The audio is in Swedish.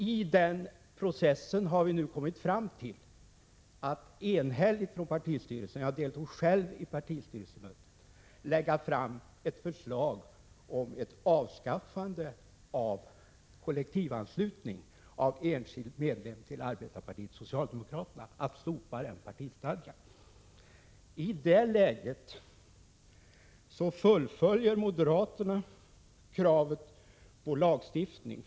I den processen har vi nu kommit fram till att enhälligt från partistyrelsen — jag deltog själv i partistyrelsemötet — lägga fram ett förslag om avskaffande av kollektivanslutning av enskild medlem till arbetarpartiet socialdemokraterna, att slopa den bestämmelsen i partistadgan. I det läget fullföljer moderaterna kravet på lagstiftning.